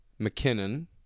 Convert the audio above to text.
McKinnon